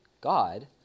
God